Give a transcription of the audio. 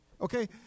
okay